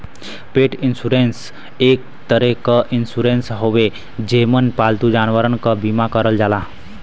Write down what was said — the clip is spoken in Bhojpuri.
पेट इन्शुरन्स एक तरे क इन्शुरन्स हउवे जेमन पालतू जानवरन क बीमा करल जाला